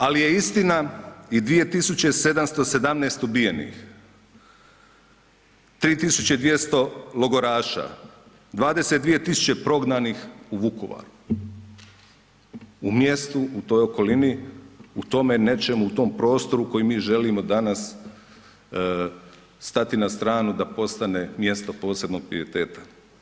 Al je istina i 2717 ubijenih, 3200 logoraša, 22000 prognanih u Vukovaru, u mjestu, u toj okolini, u tome nečemu, u tom prostoru koji mi želimo danas stati na stranu da postane mjesto posebnog pijeteta.